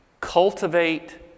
Cultivate